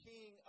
King